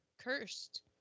cursed